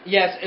Yes